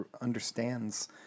understands